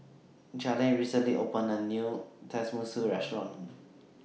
Jalen recently opened A New Tenmusu Restaurant